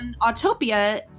Autopia